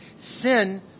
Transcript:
Sin